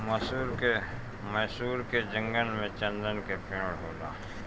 मैसूर के जंगल में चन्दन के पेड़ होला